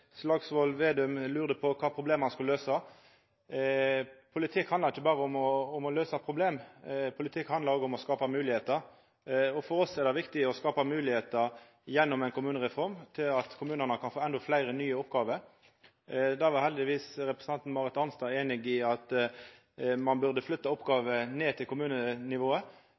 Slagsvold Vedum lurte på kva problem han skulle løysa. Politikk handlar ikkje berre om å løysa problem, politikk handlar òg om å skapa moglegheiter. For oss er det viktig å skapa moglegheiter – gjennom ei kommunereform – til at kommunane kan få endå fleire nye oppgåver. Representanten Marit Arnstad var heldigvis einig i at ein burde flytta oppgåver ned til kommunenivået.